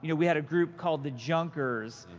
yeah we had a group called the junkers,